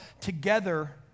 together